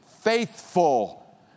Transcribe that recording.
faithful